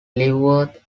leavenworth